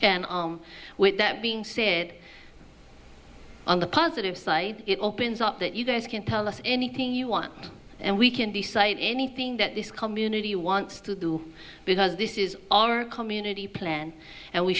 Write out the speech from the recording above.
arm with that being said on the positive side it opens up that you guys can tell us anything you want and we can decide anything that this community wants to do because this is our community plan and we